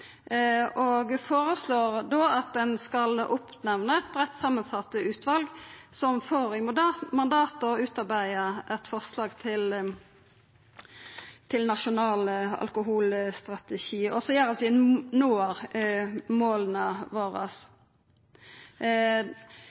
og foreslår at ein skal setja ned eit breitt samansett utval som får i mandat å utarbeida eit forslag til nasjonal alkoholstrategi, som gjer at vi når måla våre.